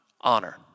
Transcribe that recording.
Honor